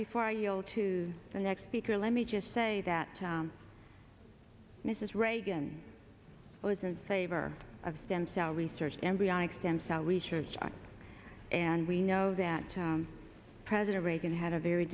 before you go to the next speaker let me just say that mrs reagan was in favor of stem cell research embryonic stem cell research and we know that president reagan had a very